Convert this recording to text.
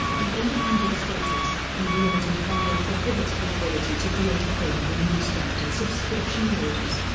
the independent status and limited funding prohibited the ability to grow to fill the newsstand and subscription orders.